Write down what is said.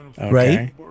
right